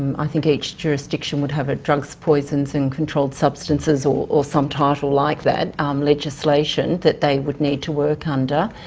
i think each jurisdiction would have a drugs, poisons and controlled substances or or some title like that um legislation that they would need to work under,